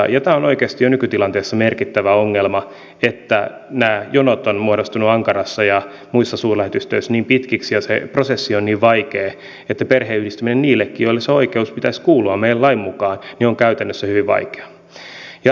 tämä on oikeasti jo nykytilanteessa merkittävä ongelma että nämä jonot ovat muodostuneet ankarassa ja muissa suurlähetystöissä niin pitkiksi ja se prosessi on niin vaikea että perheenyhdistäminen niillekin joille sen oikeuden pitäisi kuulua meidän lain mukaan on käytännössä hyvin vaikeaa